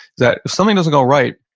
that if something doesn't go right,